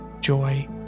joy